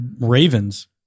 Ravens